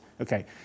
Okay